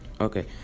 Okay